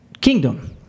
kingdom